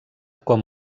com